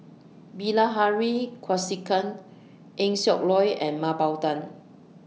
Bilahari Kausikan Eng Siak Loy and Mah Bow Tan